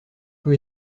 peu